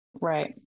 Right